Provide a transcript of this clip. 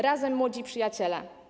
Razem młodzi przyjaciele!